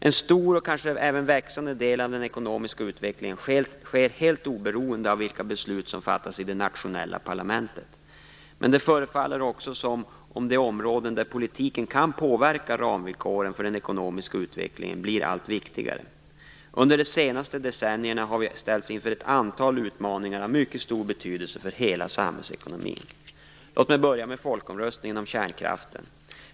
En stor och kanske även växande del av den ekonomiska utvecklingen sker helt oberoende av vilka beslut som fattas i de nationella parlamenten. Men det förefaller också som om de områden där politiken kan påverka ramvillkoren för den ekonomiska utvecklingen blir allt viktigare. Under de senaste decennierna har vi ställts inför ett antal utmaningar av mycket stor betydelse för hela samhällsekonomin. Låt mig börja med folkomröstningen om kärnkraften.